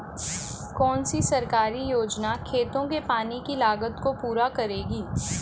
कौन सी सरकारी योजना खेतों के पानी की लागत को पूरा करेगी?